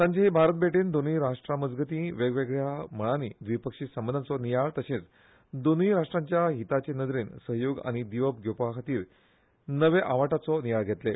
तांचे हे भारत भेटेंत दोनूय राष्ट्रा मजगतीं वेगवेगळ्या मळांनी द्विपक्षीय संबंदांचो नियाळ तशेंच दोनूय राष्ट्रांच्या हिताचे नदरेन सहयोग आनी दिवप घेवपा खातीर नवे आंवाठाचो नियाळ घेतले